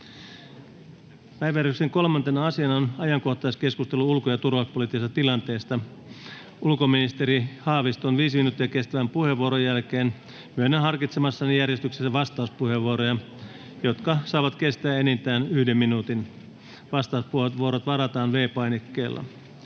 Päiväjärjestyksen 3. asiana on ajankohtaiskeskustelu ulko‑ ja turvallisuuspoliittisesta tilanteesta. Ulkoministeri Haaviston viisi minuuttia kestävän puheenvuoron jälkeen myönnän harkitsemassani järjestyksessä vastauspuheenvuoroja, jotka saavat kestää enintään yhden minuutin. Vastauspuheenvuorot varataan V-painikkeella.